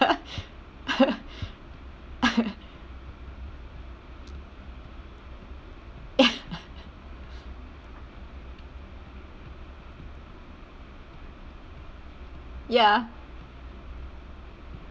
ya